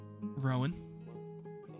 Rowan